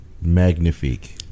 magnifique